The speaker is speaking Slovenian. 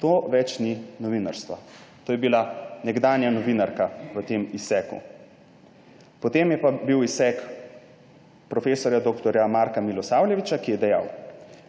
To več ni novinarstvo.« To je bila nekdanja novinarka v tem izseku. Potem je pa bil izsek prof. dr. Marka Miloslavljevića, ki je dejal: